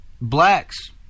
blacks